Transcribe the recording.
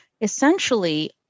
essentially